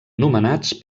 nomenats